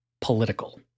political